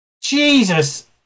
Jesus